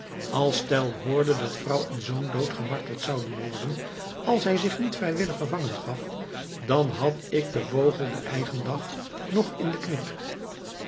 als tell hoorde dat vrouw en zoon dood gemarteld zouden worden als hij zich niet vrijwillig gevangen gaf dan had ik den vogel den eigen dag nog in de knip